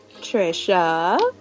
Trisha